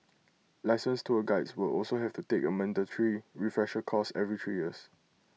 licensed tour Guides will also have to take A mandatory refresher course every three years